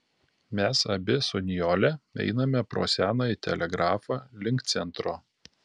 mes abi su nijole einame pro senąjį telegrafą link centro